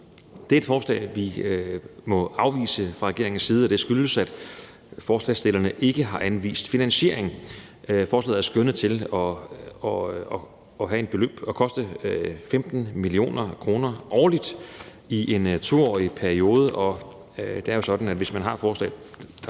er et forslag, vi fra regeringens side må afvise. Det skyldes, at forslagsstillerne ikke har anvist finansiering. Forslaget er skønnet til at koste 15 mio. kr. årligt i en 2-årig periode, og det er jo sådan, at der, når man fremsætter